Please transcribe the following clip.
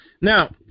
Now